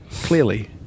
Clearly